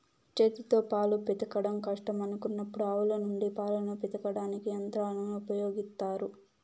చేతితో పాలు పితకడం కష్టం అనుకున్నప్పుడు ఆవుల నుండి పాలను పితకడానికి యంత్రాలను ఉపయోగిత్తారు